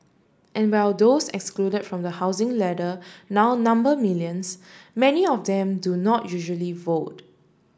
and while those excluded from the housing ladder now number millions many of them do not usually vote